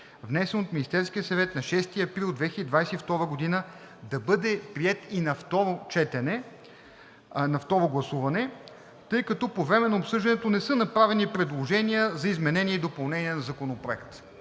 внесен от Министерския съвет на 6 април 2022 г., да бъде приет и на второ гласуване, тъй като по време на обсъждането не са направени предложения за изменение и допълнение на Законопроекта.